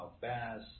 bass